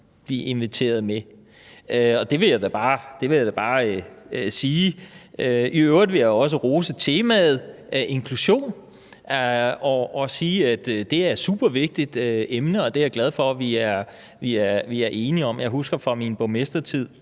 at blive inviteret med, og det vil jeg da bare sige. I øvrigt vil jeg også rose temaet inklusion og sige, at det er et super vigtigt emne, og det er jeg glad for at vi er enige om. Jeg husker fra min borgmestertid,